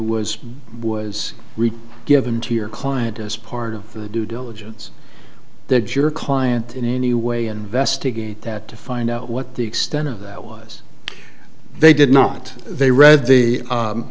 written given to your client as part of the due diligence that your client in any way investigate that to find out what the extent of that was they did not they read the